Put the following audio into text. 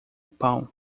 pão